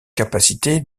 capacité